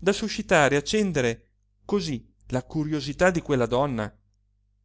da suscitare e accendere cosí la curiosità di quella donna